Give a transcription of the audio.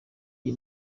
iyi